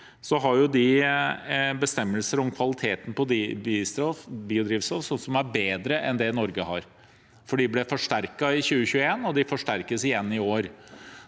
EU har man bestemmelser om kvaliteten på biodrivstoff som er bedre enn det Norge har, for de ble forsterket i 2021, og de forsterkes igjen i år.